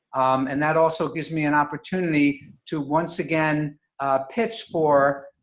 and that also gives me an opportunity to once again pitch for,